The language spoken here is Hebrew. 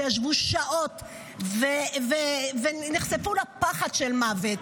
שישבו שעות ונחשפו לפחד של מוות,